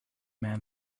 man